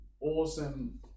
awesome